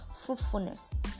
fruitfulness